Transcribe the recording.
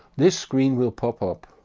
this screen will pop-up.